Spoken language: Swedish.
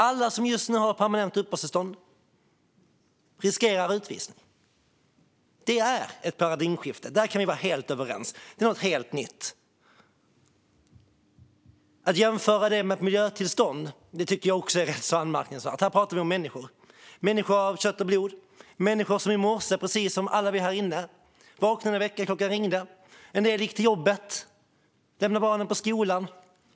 Alla som just nu har permanent uppehållstillstånd riskerar utvisning. Det är ett paradigmskifte. Där kan vi vara helt överens. Det är något helt nytt. Att jämföra detta med ett miljötillstånd tycker jag också är rätt anmärkningsvärt. Här pratar vi om människor av kött av blod. Det är människor som i morse, precis som alla vi här inne, vaknade när väckarklockan ringde. En del gick till jobbet och lämnade barnen på skolan.